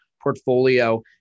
portfolio